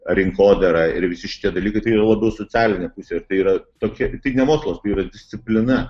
rinkodara ir visi šitie dalykai tai yra labiau socialinė pusė tai yra tokia ne mokslas tai yra disciplina